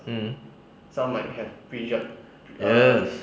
mm yes